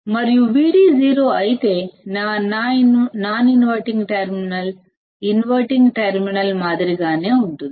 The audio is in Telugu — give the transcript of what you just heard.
మరియు Vd శూన్యం అయితే నా నాన్ ఇన్వెంటింగ్ టెర్మినల్ కూడా ఇన్వెంటింగ్ టెర్మినల్ మాదిరిగానే ఉంటుంది